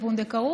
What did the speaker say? חברי הכנסת,